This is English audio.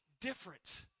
different